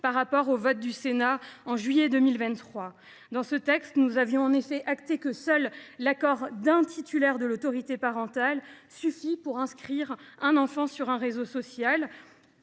de la loi du 7 juillet 2023. Dans ce texte, nous avions en effet acté que l’accord d’un seul titulaire de l’autorité parentale suffirait pour inscrire un enfant sur un réseau social.